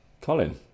Colin